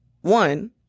one